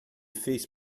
fez